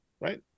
right